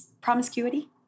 Promiscuity